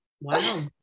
wow